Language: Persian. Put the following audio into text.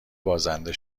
بازنده